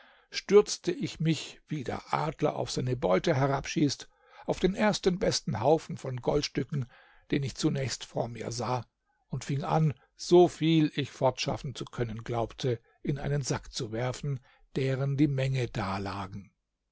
stürzte ich mich wie der adler auf seine beute herabschießt auf den ersten besten haufen von goldstücken den ich zunächst vor mir sah und fing an so viel ich fortschaffen zu können glaubte in einen sack zu werfen deren die menge dalagen